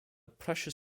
pressure